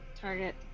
target